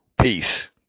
Peace